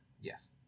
Yes